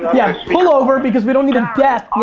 yeah, pull over. because we don't need a death.